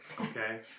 Okay